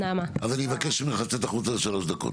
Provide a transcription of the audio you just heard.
אז אני מבקש ממך לצאת החוצה לשלוש דקות.